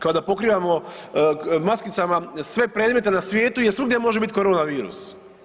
Kao da pokrivamo maskicama sve predmete na svijetu jer svugdje može biti korona virus.